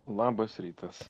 labas rytas